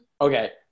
okay